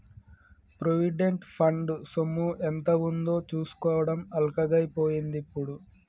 provident fund సొమ్ము ఎంత ఉందో చూసుకోవడం అల్కగై పోయిందిప్పుడు